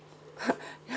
ya